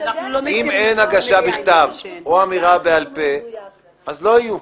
אם אין הגשה בכתב או אמירה בעל פה אז לא יהיו.